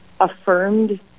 affirmed